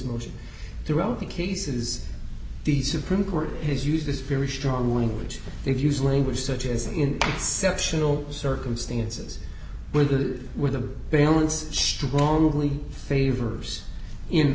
motion throughout the cases the supreme court has used this very strong language they've used language such as in sectional circumstances where the where the balance strongly favor in